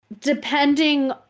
Depending